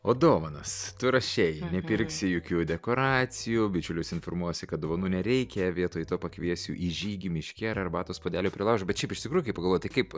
o dovanas tu rašei nepirksi jokių dekoracijų bičiulius informuosi kad dovanų nereikia vietoj to pakviesiu į žygį miške ar arbatos puodeliui prie laužo bet šiaip iš tikrųjų kai pagalvoji tai kaip